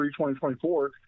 2024